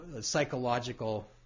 psychological